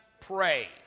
pray